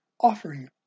offering